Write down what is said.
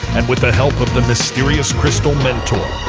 and with the help of the mysterious crystal mentor,